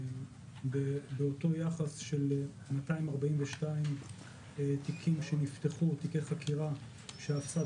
ואותו יחס של 242 תיקי חקירה שנפתחו בצד